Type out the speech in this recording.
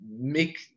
make